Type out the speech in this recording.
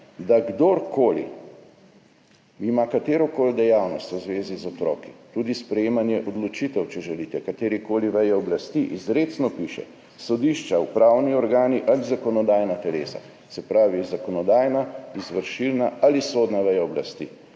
da kdorkoli ima katerokoli dejavnost v zvezi z otroki, tudi sprejemanje odločitev, če želite, katerekoli veje oblasti, izrecno piše, sodišča, upravni organi ali zakonodajna telesa, se pravi v zakonodajni, izvršilni ali sodni veji oblasti